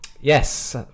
yes